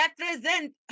Represent